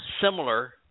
similar